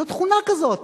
זו תכונה כזאת,